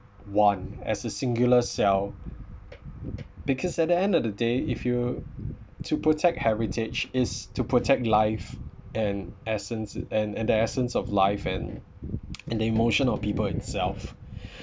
one as a singular cell because at the end of the day if you to protect heritage is to protect life and essence and and the essence of life and and emotion of people itself